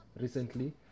recently